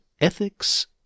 Ethics